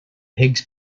higgs